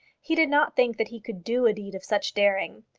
he did not think that he could do a deed of such daring.